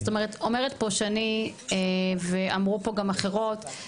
זאת אומרת פה שני ואמרו פה גם אחרות,